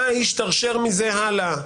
מה השתרשר מזה הלאה